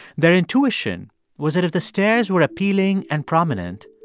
their intuition was that if the stairs were appealing and prominent,